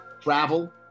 travel